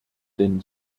denn